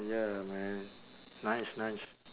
ya man nice nice